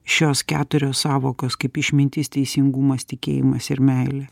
šios keturios sąvokos kaip išmintis teisingumas tikėjimas ir meilė